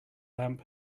lamp